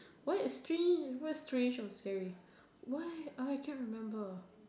what strange what strange was scary why what I can't remember